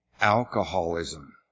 alcoholism